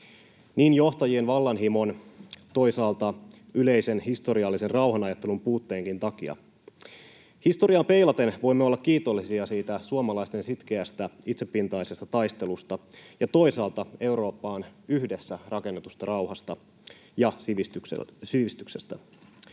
niin johtajien vallanhimon kuin toisaalta yleisen historiallisen rauhanajattelun puutteenkin takia. Historiaan peilaten voimme olla kiitollisia siitä suomalaisten sitkeästä, itsepintaisesta taistelusta ja toisaalta Eurooppaan yhdessä rakennetusta rauhasta ja sivistyksestä.